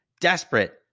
desperate